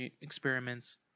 experiments